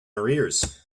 arrears